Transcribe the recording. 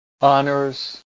honors